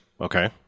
Okay